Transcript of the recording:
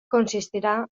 consistirà